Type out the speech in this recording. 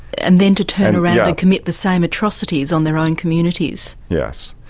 and then to turn around and commit the same atrocities on their own communities. yes,